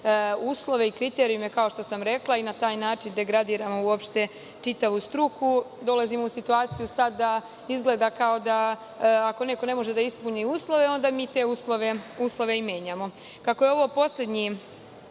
uslove i kriterijume, kao što sam rekla, i na taj način degradiramo čitavu struku. Dolazimo sada u situaciju, izgleda da ako neko ne može da ispuni uslove, onda mi te uslove i menjamo. Kako je ovo poslednji